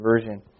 Version